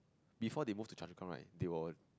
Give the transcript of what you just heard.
before they move to Choa-Chu-Kang right they were